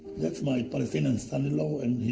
that's my palestinian son-in-law and his